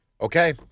Okay